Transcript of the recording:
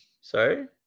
Sorry